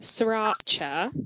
sriracha